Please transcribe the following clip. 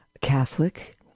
Catholic